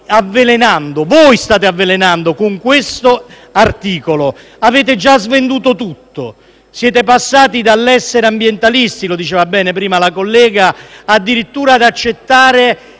avvelenando. Voi state avvelenando con questo articolo. Avete già svenduto tutto. Siete passati dall’essere ambientalisti - come ha ben detto prima la collega - addirittura al fatto